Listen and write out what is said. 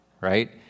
right